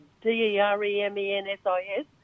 D-E-R-E-M-E-N-S-I-S